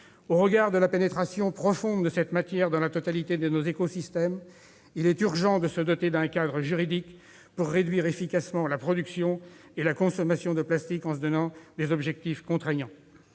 Au regard de la pénétration profonde de cette matière dans la totalité de nos écosystèmes, il est urgent de se doter d'un cadre juridique pour réduire efficacement la production et la consommation de plastique, en se donnant des objectifs contraignants.